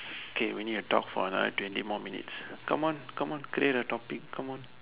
K we need to talk for another twenty more minutes come on come on create a topic come on